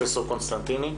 פרופ' קונסטנטיני.